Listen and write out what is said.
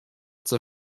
zur